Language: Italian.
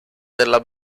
della